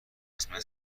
قسمت